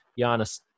Giannis